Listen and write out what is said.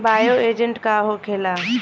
Bio agent का होखेला?